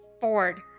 Ford